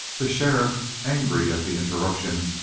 the sheriff, angry at the interruption,